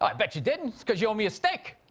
i bet you didn't because you owe me a steak